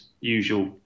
usual